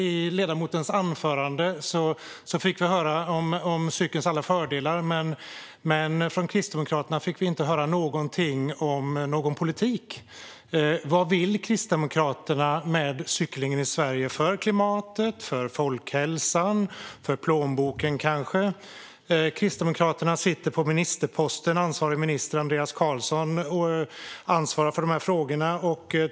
I ledamotens anförande fick vi höra om cykelns alla fördelar, men vi fick inte höra om någon politik från Kristdemokraterna. Vad vill Kristdemokraterna med cyklingen i Sverige - för klimatet, för folkhälsan och kanske för plånboken? Kristdemokraterna sitter på ministerposten. Minister Andreas Carlson ansvarar för dessa frågor.